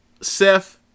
Seth